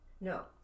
No